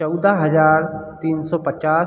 चौदह हज़ार तीन सौ पचास